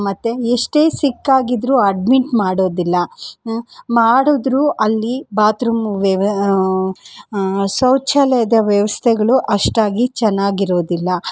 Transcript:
ಮತ್ತು ಎಷ್ಟೇ ಸಿಕ್ಕಾಗಿದ್ದರು ಅಡ್ಮಿಟ್ ಮಾಡೋದಿಲ್ಲ ಮಾಡಿದ್ರು ಅಲ್ಲಿ ಬಾತ್ರೂಮ್ ವ್ಯವ ಶೌಚಾಲಯದ ವ್ಯವಸ್ಥೆಗಳು ಅಷ್ಟಾಗಿ ಚೆನ್ನಾಗಿರೋದಿಲ್ಲ